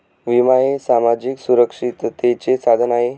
विमा हे सामाजिक सुरक्षिततेचे साधन आहे